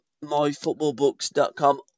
MyFootballBooks.com